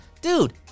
dude